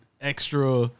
Extra